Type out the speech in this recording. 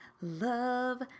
love